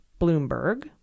Bloomberg